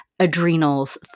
adrenals